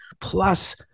Plus